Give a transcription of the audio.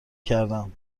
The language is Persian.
کردم